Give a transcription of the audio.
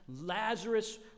Lazarus